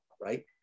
right